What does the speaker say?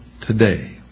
today